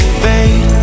fade